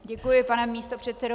Děkuji, pane místopředsedo.